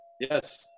Yes